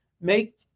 make